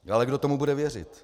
Ale kdo tomu bude věřit?